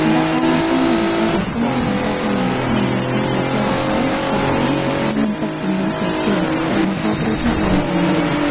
សម្រាប់ការឡើងភ្នំនៅរដូវវស្សាអាចបង្កការលំបាកខ្លាំង ដោយសារតែផ្លូវរអិល ទឹកហូរខ្លាំង ហើយអាចមានទឹកជំនន់ភ្លាមៗ ដែលបង្កគ្រោះថ្នាក់ដល់អ្នកដំណើរ។